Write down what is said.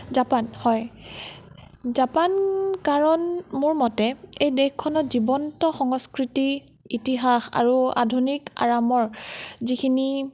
Japan হয় Japan কাৰণ মোৰ মতে এই দেশখনত জীৱন্ত সংস্কৃতি ইতিহাস আৰু আধুনিক আৰামৰ যিখিনি